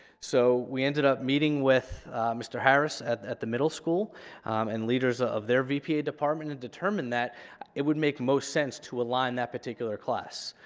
so we ended up meeting with mr. harris at at the middle school and leaders of their vpa department and determined that it would make most sense to align that particular class,